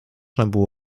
można